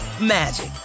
magic